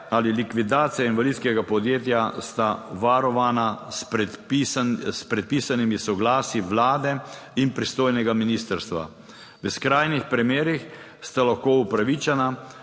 ali likvidacija invalidskega podjetja sta varovana s predpisanimi soglasji Vlade in pristojnega ministrstva. V skrajnih primerih sta lahko upravičena,